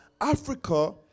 Africa